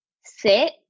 sit